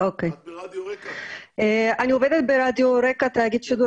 אני עובדת ברדיו רקע, תאגיד השידור